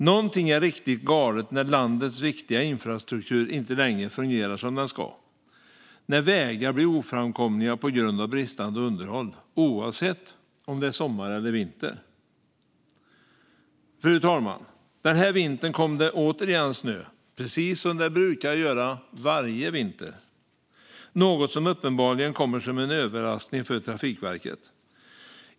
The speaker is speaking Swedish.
Någonting är riktigt galet när landets viktiga infrastruktur inte längre fungerar som den ska, när vägar blir oframkomliga på grund av bristande underhåll oavsett om det är sommar eller vinter. Fru talman! Den här vintern kom det återigen snö, precis som det brukar göra varje vinter, något som uppenbarligen kommer som en överraskning för Trafikverket.